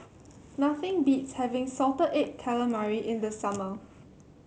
nothing beats having Salted Egg Calamari in the summer